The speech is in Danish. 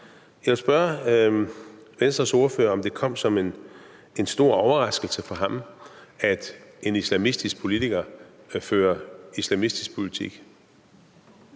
Jeg vil spørge Venstres ordfører, om det kommer som en stor overraskelse for ham, at en islamistisk politiker fører islamistisk politik.